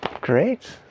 Great